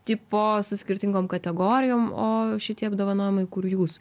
tipo su skirtingom kategorijom o šitie apdovanojimai kur jūs